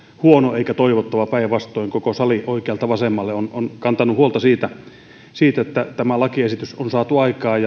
huono tai ei toivottava päinvastoin koko sali oikealta vasemmalle on kantanut huolta niin että tämä lakiesitys on saatu aikaan